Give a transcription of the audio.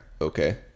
okay